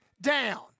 down